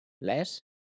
less